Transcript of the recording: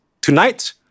Tonight